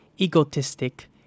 egotistic